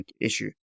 issue